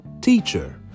Teacher